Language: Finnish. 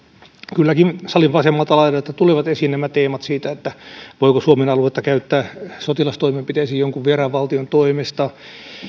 kylläkin salin vasemmalta laidalta tulivat esiin nämä teemat siitä voiko suomen aluetta käyttää sotilastoimenpiteisiin jonkun vieraan valtion toimesta